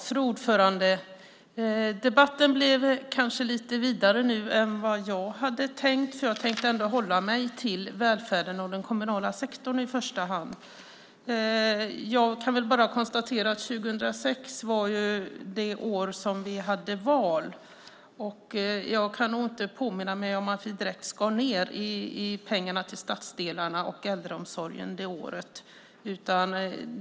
Fru talman! Debatten blev kanske lite vidare nu än vad jag hade tänkt. Jag tänkte ändå hålla mig till välfärden och den kommunala sektorn i första hand. Jag kan bara konstatera att 2006 var det år som vi hade val. Jag kan inte påminna mig om att vi direkt skar ned i pengarna till stadsdelarna och äldreomsorgen det året.